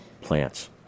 plants